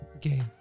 Game